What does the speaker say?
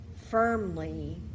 firmly